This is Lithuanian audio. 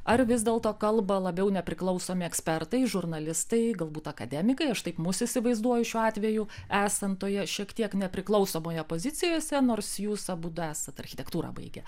ar vis dėlto kalba labiau nepriklausomi ekspertai žurnalistai galbūt akademikai aš taip mus įsivaizduoju šiuo atveju esant toje šiek tiek nepriklausomoje pozicijose nors jūs abudu esat architektūrą baigę